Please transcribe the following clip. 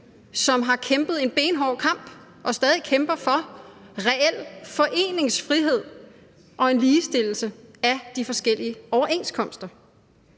som har kæmpet en benhård kamp og stadig kæmper for reel foreningsfrihed og en ligestilling af de forskellige overenskomster.